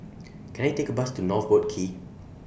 Can I Take A Bus to North Boat Quay